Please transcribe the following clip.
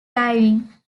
diving